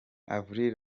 avril